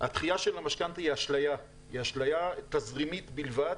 הדחייה של המשכנתא היא אשליה תזרימית בלבד.